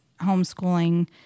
homeschooling